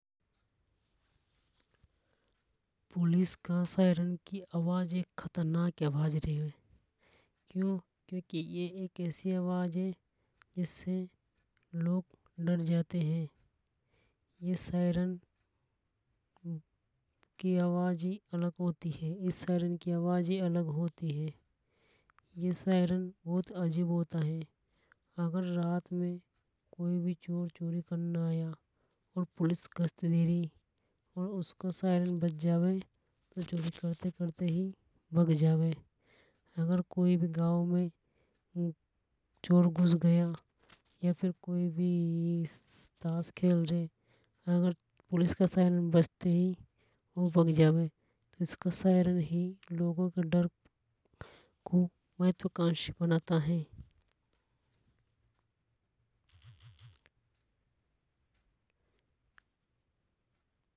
पुलिस का सायरन की आवाज एक खतरनाक आवाज रेवे क्यों। क्योंकि यह एक ऐसी आवाज है जिससे लोग डर जाते है। यह सायरन की आवाज ही अलग होती है। इस सायरन की आवाज ही अलग होती है। यह सायरन बहुत ही अजीब होता है। अगर रात में कोई भी चोर चोरी करने आया और पुलिस गस्त दे री और उसका सायरन बज जावे तो चोरी करते करते ही भग जावे। अगर कोई भी गांव में चोर घुस गया या फिर कोई भी तास खेल रहे अगर पुलिस का सायरन बजते ही वे भग जावे। पुलिस का सायरन ही लोगों का डर महत्वकांशी बनाता है।